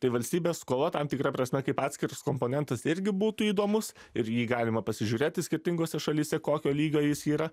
tai valstybės skola tam tikra prasme kaip atskiras komponentas irgi būtų įdomus ir į jį galima pasižiūrėti skirtingose šalyse kokio lygio jis yra